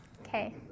Okay